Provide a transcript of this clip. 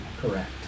Correct